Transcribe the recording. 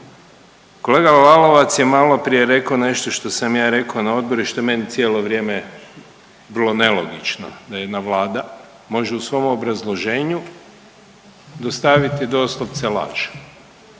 Kolega Lalovac je maloprije rekao nešto što sam ja rekao na odboru i što je meni cijelo vrijeme bilo nelogično da jedna Vlada može u svom obrazloženju dostaviti doslovce laž,